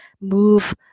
move